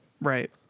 Right